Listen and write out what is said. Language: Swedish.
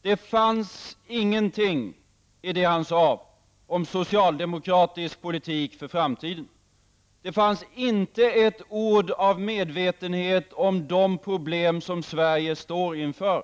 Det fanns i det han sade ingenting om socialdemokratisk politik för framtiden. Det fanns inte ett ord av medvetenhet om de problem som Sverige står inför.